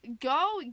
Go